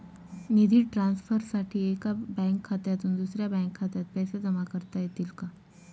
निधी ट्रान्सफरसाठी एका बँक खात्यातून दुसऱ्या बँक खात्यात पैसे जमा करता येतील का?